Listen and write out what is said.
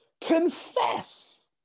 confess